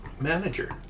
manager